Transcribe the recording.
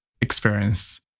experience